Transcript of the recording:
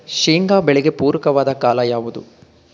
ಶೇಂಗಾ ಬೆಳೆಗೆ ಪೂರಕವಾದ ಕಾಲ ಯಾವುದು?